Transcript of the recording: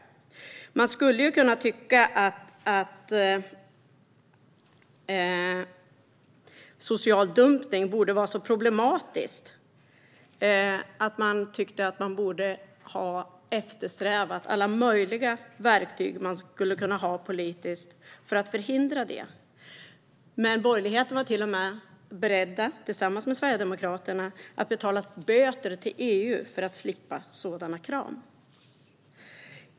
Det kan tyckas att social dumpning är så problematiskt att man borde ha eftersträvat att använda alla möjliga politiska verktyg för att förhindra det. Men borgerligheten, tillsammans med Sverigedemokraterna, var till och med beredda att betala böter till EU för att slippa sådana krav.